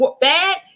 bad